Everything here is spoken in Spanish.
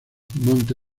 monte